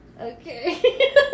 Okay